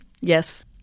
Yes